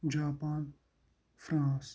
Japan France